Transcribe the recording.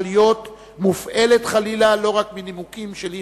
להיות מופעלת חלילה לא רק מנימוקים של אי-חוקתיות,